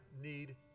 need